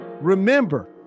Remember